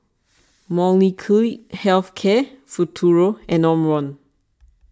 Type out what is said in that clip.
Molnylcke Health Care Futuro and Omron